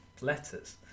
letters